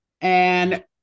And-